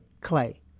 Clay